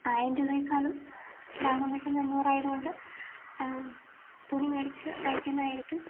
ആയിരം രൂപയെക്കാളും ലാഭം കിട്ടുന്ന അഞ്ഞൂറായത് കൊണ്ട് തുണി മേടിച്ച് തയിക്കുന്നതായിരിക്കും